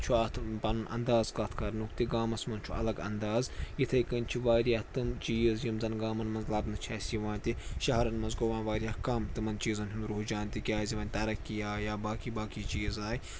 چھُ اَتھ پَنُن انٛداز کَتھ کَرنُک تہٕ گامَس منٛز چھُ الگ انٛداز یِتھَے کٔنۍ چھِ واریاہ تِم چیٖز یِم زَن گامَن منٛز لَبنہٕ چھِ اَسہِ یِوان تہِ شَہرَن منٛز گوٚو وۅنۍ واریاہ کَم تِمَن چیٖزَن ہُنٛد رُحجان تِکیٛازِ وۅنۍ ترقی آیہِ یا باقٕے باقٕے چیٖز آے